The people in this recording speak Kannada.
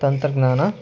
ತಂತ್ರಜ್ಞಾನ